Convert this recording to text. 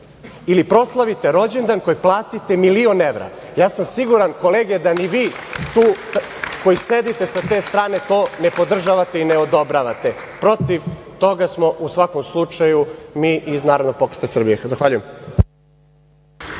Ili proslavite rođendan koji platite milion evra. Ja sam siguran, kolege, da ni vi tu koji sedite sa te strane to ne podržavate i ne odobravate. Protiv toga smo u svakom slučaju mi iz Narodnog pokreta Srbije. Zahvaljujem.